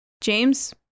James